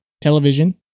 television